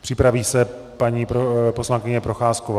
Připraví se paní poslankyně Procházková.